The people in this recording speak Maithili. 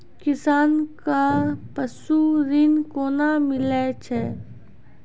किसान कऽ पसु ऋण कोना मिलै छै?